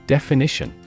Definition